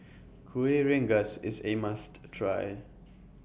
Kueh Rengas IS A must Try